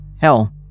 Hell